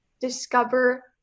discover